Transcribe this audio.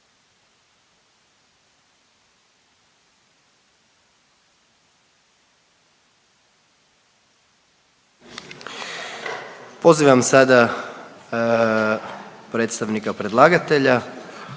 Pozivam sada predstavnika predlagatelja,